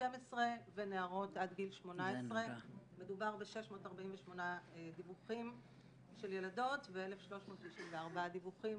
12 ונערות עד גיל 18. מדובר ב-648 דיווחים של ילדות ו-1334 דיווחים